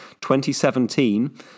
2017